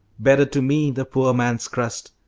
better to me the poor man's crust.